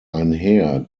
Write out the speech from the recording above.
einher